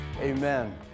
Amen